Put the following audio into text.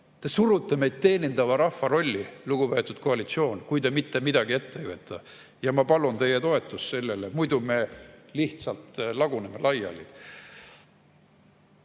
Te surute meid teenindava rahva rolli, lugupeetud koalitsioon, kui te mitte midagi ette ei võta. Ma palun teie toetust sellele [eelnõule], muidu me lihtsalt laguneme laiali.